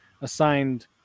assigned